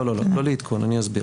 לא, לא לעדכון, אסביר.